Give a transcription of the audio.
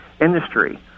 industry